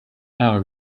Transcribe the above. are